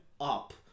up